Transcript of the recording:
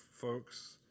folks